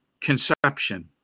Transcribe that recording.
conception